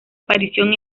aparición